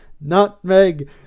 Nutmeg